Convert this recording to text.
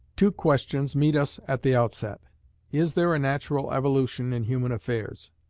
two questions meet us at the outset is there a natural evolution in human affairs?